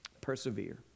Persevere